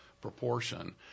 proportion